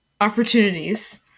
opportunities